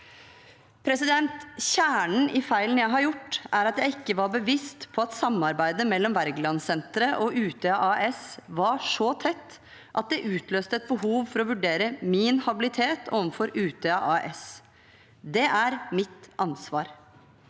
Kjernen i feilen jeg har gjort, er at jeg ikke var bevisst på at samarbeidet mellom Wergelandsenteret og Utøya AS var så tett at det utløste et behov for å vurdere min habilitet overfor Utøya AS. Det er mitt ansvar.